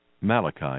Malachi